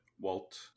Walt